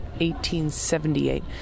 1878